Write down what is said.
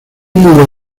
muro